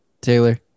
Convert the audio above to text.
Taylor